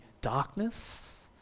darkness